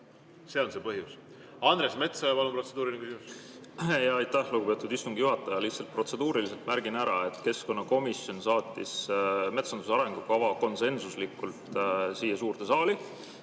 See on see põhjus. Andres Metsoja, palun, protseduuriline küsimus! Aitäh, lugupeetud istungi juhataja! Lihtsalt protseduuriliselt märgin ära, et keskkonnakomisjon saatis metsanduse arengukava konsensuslikult siia suurde saali